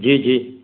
जी जी